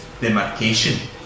demarcation